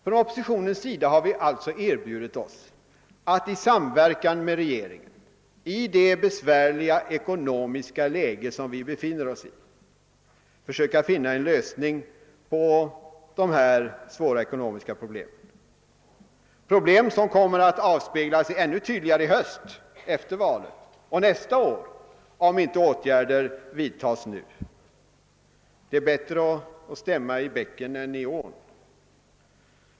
Från oppositionens sida har vi erbjudit oss att i samverkan med regeringen i det besvärliga ekonomiska läge som vi befinner oss i försöka finna en lösning på dessa svåra ekonomiska problem, problem som kommer att avspegla sig ännu tydligare i höst efter valet och nästa år, om inte åtgärder vidtas nu. Det är bättre ått stämma i bäcken än i ån.